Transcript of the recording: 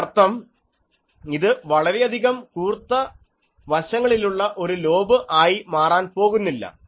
അതിനർത്ഥം ഇത് വളരെയധികം കൂർത്ത വശങ്ങളിലുള്ള ഒരു ലോബ് ആയി മാറാൻ പോകുന്നില്ല